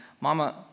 Mama